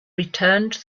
returned